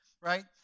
right